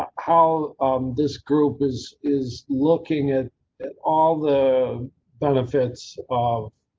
how, how this group is is looking at at all the benefits of.